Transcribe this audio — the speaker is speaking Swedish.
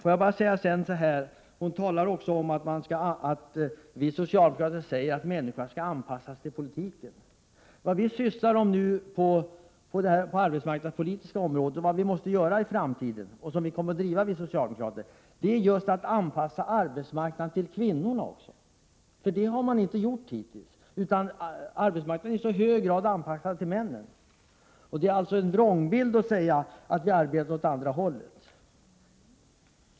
Ingrid Hemmingsson påstår också att vi socialdemokrater säger att människor skall anpassa sig till politiken. Vad vi sysslar med på det arbetsmarknadspolitiska området, vad vi måste göra i framtiden och vad vi socialdemokrater kommer att driva är just att anpassa arbetsmarknaden till kvinnorna. Det har man inte gjort hittills, utan arbetsmarknaden är i hög grad anpassad till männen. Det är alltså en vrångbild att säga att vi arbetar åt andra hållet.